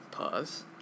Pause